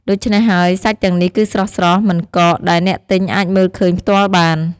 ដូច្នេះហើយ សាច់ទាំងនេះគឺស្រស់ៗ មិនកក ដែលអ្នកទិញអាចមើលឃើញផ្ទាល់បាន។